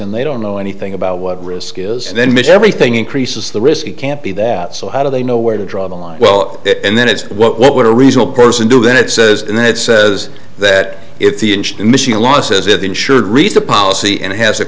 and they don't know anything about what risk is and then miss everything increases the risk it can't be that so how do they know where to draw the line well and then it's what would a reasonable person do then it says and then it says that if the michigan law says if the insured reads the policy and has a